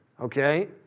Okay